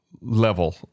level